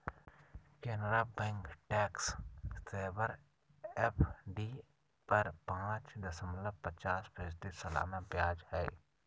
Canara bank tax saver FD पर पाच दशमलब पचास फीसदी सालाना ब्याज हइ